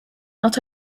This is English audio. not